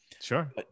Sure